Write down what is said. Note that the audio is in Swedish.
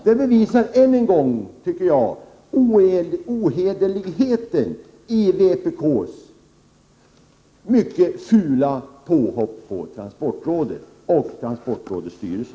Detta bevisar än en gång ohederligheten i vpk:s mycket fula påhopp på transportrådet och dess styrelse.